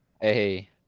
Hey